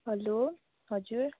hello हजुर